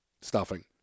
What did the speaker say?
Stuffing